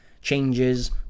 changes